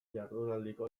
jardunaldiko